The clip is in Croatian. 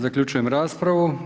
Zaključujem raspravu.